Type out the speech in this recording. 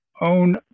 own